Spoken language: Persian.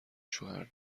شوهر